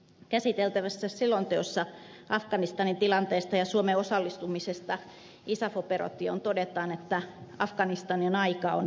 käsiteltävässä selonteossa afganistanin tilanteesta ja suomen osallistumisesta isaf operaatioon todetaan että afganistanin aika on kriittinen